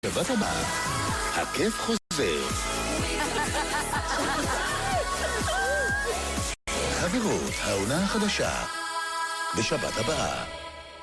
בשבת הבאה הכיף חוזר. העונה החדשה בשבת הבאה